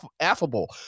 affable